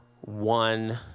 one